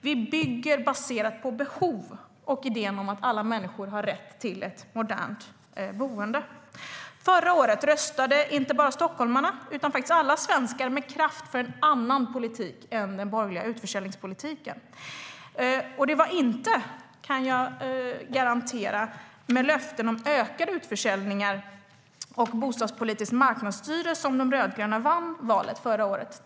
Vi bygger baserat på behov och idén om att alla människor har rätt till ett modernt boende. Förra året röstade inte bara stockholmarna utan alla svenskar med kraft för en annan politik än den borgerliga utförsäljningspolitiken. Det var inte - det kan jag garantera - med löften om ökade utförsäljningar och bostadspolitiskt marknadsstyre som de rödgröna vann valet förra året.